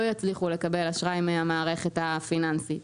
יצליחו לקבל אשראי מהמערכת הפיננסית.